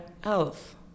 health